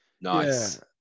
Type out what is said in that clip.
Nice